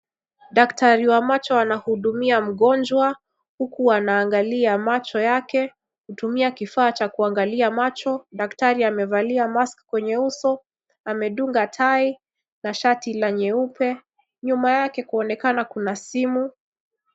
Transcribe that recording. Daktari wa macho anahudumia mgonjwa huku wanaangalia macho yake kutumia kifaa cha kuangalia macho. Daktari amevalia mask kwenye uso, amedunga tai na shati la nyuepe. Nyuma yake kwaonekana kuna simu.